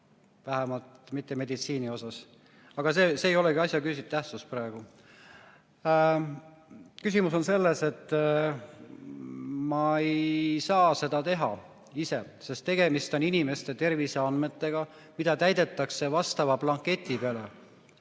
vähemalt mitte meditsiinis. Aga see ei omagi asja juures tähtsust praegu. Küsimus on selles, et ma ei saa seda teha ise, sest tegemist on inimeste terviseandmetega, mida täidetakse vastava blanketi peale.